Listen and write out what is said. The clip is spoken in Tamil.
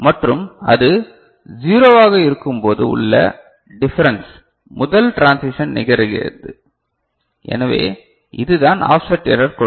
மற்றும் அது 0 வாக இருக்கும்போது உள்ள டிபரன்ஸ் முதல் ட்ரான்சிஷன் நிகழ்கிறது இதுதான் ஆஃப்செட் எரர் கொடுக்கும்